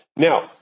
Now